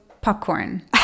popcorn